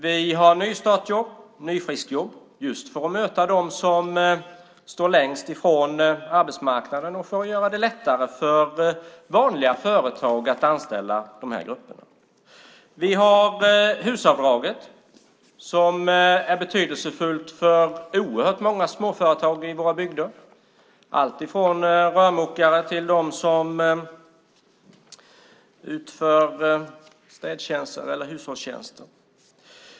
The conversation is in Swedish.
Vi har nystartsjobb och nyfriskjobb för att möta dem som står längst ifrån arbetsmarknaden och för att göra det lättare för vanliga företag att anställa de här grupperna. Vi har HUS-avdraget som är betydelsefullt för oerhört många småföretag i våra bygder, alltifrån rörmokare till dem som utför städtjänster eller hushållstjänster.